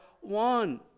one